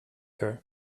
her